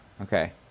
Okay